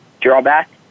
drawback